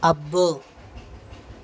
అబ్బో